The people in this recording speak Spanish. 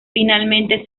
finalmente